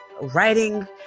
writing